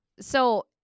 So-